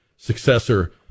successor